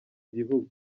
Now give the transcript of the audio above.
igihugu